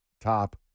top